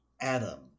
Adam